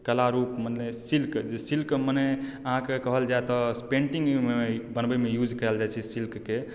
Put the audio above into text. कला रूप मने सिल्क जे सिल्क मने अहाँकेँ कहल जाय तऽ पेन्टिंगमे बनबयमे यूज कयल जाय छै सिल्कके